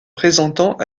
présentant